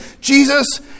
Jesus